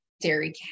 dairy